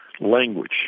language